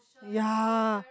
yea